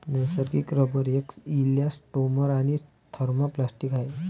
नैसर्गिक रबर एक इलॅस्टोमर आणि थर्मोप्लास्टिक आहे